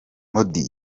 modi